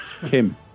Kim